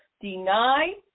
deny